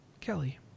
Kelly